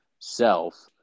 self